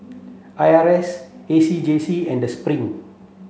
I R A S A C J C and Spring